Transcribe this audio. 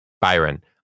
Byron